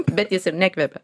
bet jis ir nekvepia